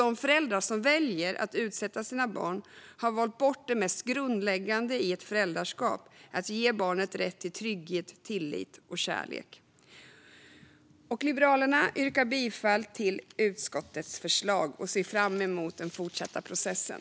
De föräldrar som väljer att göra det har valt bort det mest grundläggande i ett föräldraskap, nämligen att ge barnet rätt till trygghet, tillit och kärlek. Liberalerna yrkar bifall till utskottets förslag och ser fram emot den fortsatta processen.